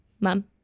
mom